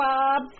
Bob